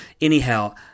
anyhow